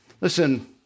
Listen